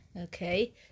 Okay